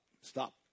stop